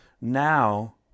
now